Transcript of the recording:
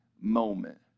moment